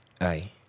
Aye